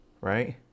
right